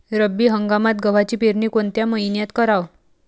रब्बी हंगामात गव्हाची पेरनी कोनत्या मईन्यात कराव?